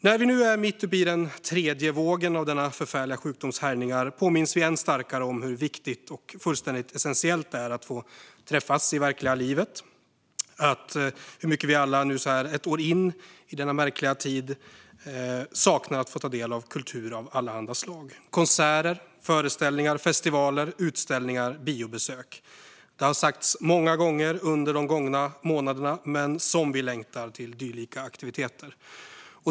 När vi nu är mitt i den tredje vågen av denna förfärliga sjukdoms härjningar påminns vi än starkare om hur viktigt och fullständigt essentiellt det är att få träffas i verkliga livet och hur mycket vi alla, så här ett år in i denna märkliga tid, saknar att få ta del av kultur av allehanda slag. Konserter, föreställningar, festivaler, utställningar, biobesök - det har sagts många gånger under de gångna månaderna, men som vi längtar till dylika aktiviteter!